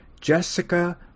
Jessica